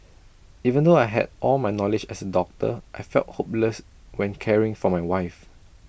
even though I had all my knowledge as A doctor I felt hopeless when caring for my wife